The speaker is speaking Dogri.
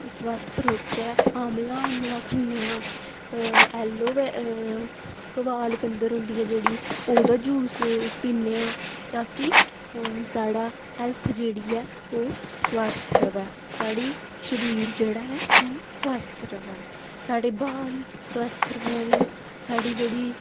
स्वस्थ रौह्चे आबंला उबंला खन्ने आं ऐलोबी कोआलगदंल होंदी ऐ जेह्ड़ी ओह्दा जूस पीन्ने आं ताकि साढ़ा हैल्थ जेह्ड़ी ऐ ओह् स्वास्थ रवै साढ़ी शरीर जेह्ड़ा ऐ ओह् स्वस्थ रवै साढ़े बाल स्वास्थ रौह्न साढ़ी जेह्ड़ी